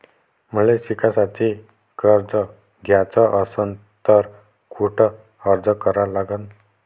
मले शिकायले कर्ज घ्याच असन तर कुठ अर्ज करा लागन?